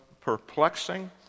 perplexing